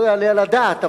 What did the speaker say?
לא יעלה על הדעת,